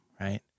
right